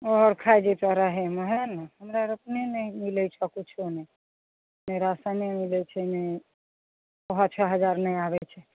आओर खाय जैतो रहेमे हए ने हमरा आर अपने नै मिलै छो किछु नहि ने राशने मिलै छै नहि ओहो छओ हजार नहि आबै छै